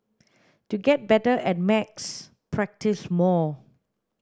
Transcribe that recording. to get better at maths practise more